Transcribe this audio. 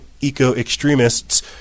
eco-extremists